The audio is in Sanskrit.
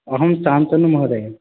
अहं शान्तनु महोदय